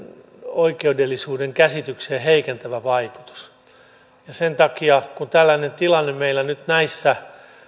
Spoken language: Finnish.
oikeudellisuuden käsitykseen heikentävä vaikutus sen takia kun tällainen tilanne meillä nyt näissä